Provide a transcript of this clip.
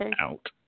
out